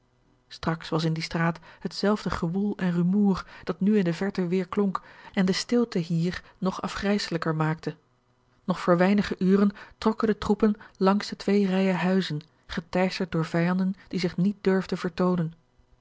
straks was in die straat hetzelfde gewoel en rumoer dat nu in de verte weerklonk en de stilte hier nog afgrijselijker maakte nog voor weinige uren trokken de troepen langs de twee rijen huizen geteisterd door vijanden die zich niet durfden vertoonen